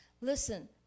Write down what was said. Listen